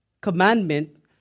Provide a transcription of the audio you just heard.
commandment